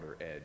edge